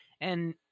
And-